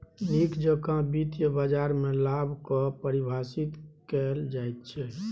नीक जेकां वित्तीय बाजारमे लाभ कऽ परिभाषित कैल जाइत छै